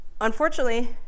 Unfortunately